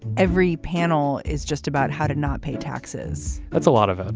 every panel is just about how to not pay taxes that's a lot of it.